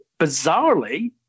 bizarrely